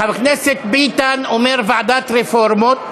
חבר הכנסת ביטן אומר ועדת רפורמות.